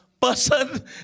person